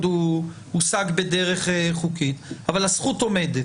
הוא הושג בדרך חוקית אבל הזכות עומדת.